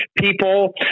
people